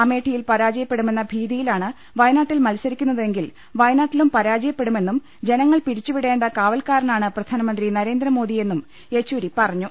അമേ ഠിയിൽ പരാജയപ്പെടുമെന്ന ഭീതിയിലാണ് വയനാട്ടിൽ മത്സരിക്കു ന്നതെങ്കിൽ വയനാട്ടിലും പരാജയപ്പെടുമെന്നും ജനങ്ങൾ പിരിച്ചു വിടേണ്ട കാവൽക്കാരനാണ് പ്രധാനമന്ത്രി നരേന്ദ്രമോദിയെന്നും യെച്ചൂരി പറഞ്ഞു